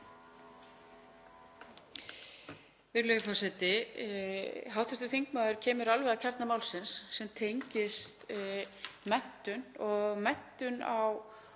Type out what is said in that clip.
Virðulegi forseti. Hv. þingmaður kemur alveg að kjarna málsins sem tengist menntun og menntun á